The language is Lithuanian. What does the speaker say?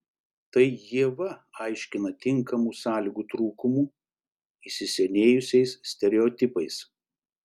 tai ieva aiškina tinkamų sąlygų trūkumu įsisenėjusiais stereotipais